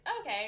okay